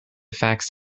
facts